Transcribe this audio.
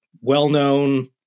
well-known